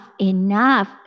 enough